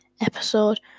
episode